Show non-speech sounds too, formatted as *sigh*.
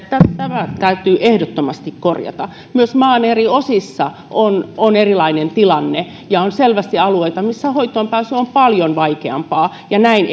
*unintelligible* tämä tämä täytyy ehdottomasti korjata myös maan eri osissa on on erilainen tilanne ja on selvästi alueita missä hoitoonpääsy paljon vaikeampaa ja näin *unintelligible*